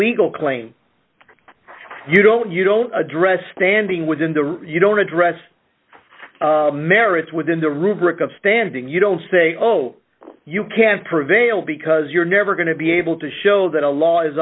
legal claim you don't you don't address standing within the real you don't address merits within the rubric of standing you don't say oh you can't prevail because you're never going to be able to show that a law is